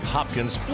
Hopkins